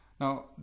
Now